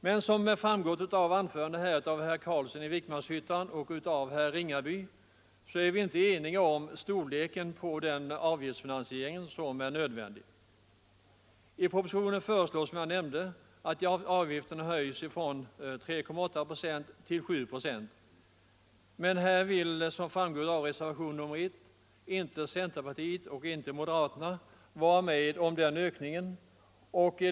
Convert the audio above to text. Men som framgått av anföranden av herr Carlsson i Vikmanshyttan och herr Ringaby är vi inte eniga om storleken på den avgiftsfinansiering som är nödvändig. I propositionen föreslås som jag nämnde att avgifterna höjs från 3,8 procent till 7 procent. Men som framgår av reservationen 1 vill centerpartiet och moderaterna inte vara med om den ökningen.